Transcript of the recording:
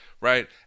Right